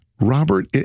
Robert